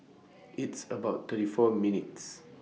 It's about thirty four minutes'